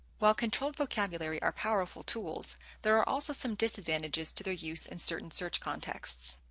while controlled vocabulary are powerful tools there are also some disadvantages to their use in certain search contexts.